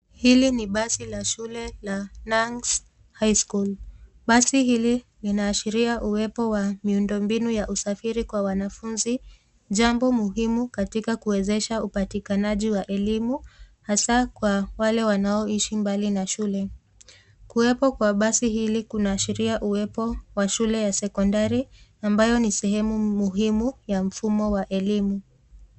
Hili ni basi la shule la Nangs High School. Basi hili linaashiria uwepo wa miundombinu ya usafiri kwa wanafunzi, jambo muhimu katika kuwezesha upatikanaji wa elimu, hasa kwa wale wanaoishi mbali na shule. Kuwepo kwa basi hili kunaashiria uwepo wa shule ya sekondari, ambayo ni sehemu muhimu ya mfumo wa elimu.